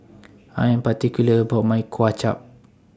I Am particular about My Kuay Chap